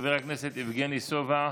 חבר הכנסת יבגני סובה,